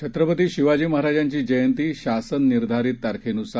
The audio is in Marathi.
छत्रपती शिवाजी महाराजांची जयंती शासन निर्धारित तारखेनुसार